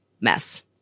mess